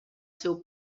seu